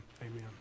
amen